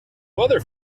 weather